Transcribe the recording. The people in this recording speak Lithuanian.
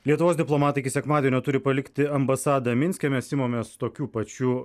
lietuvos diplomatai iki sekmadienio turi palikti ambasadą minske mes imamės tokių pačių